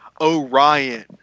Orion